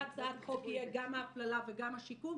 הצעת חוק תהיה גם ההפללה וגם השיקום.